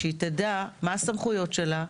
שהיא תדע מה הסמכויות שלו,